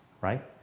right